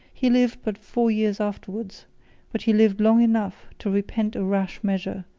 he lived but four years afterwards but he lived long enough to repent a rash measure,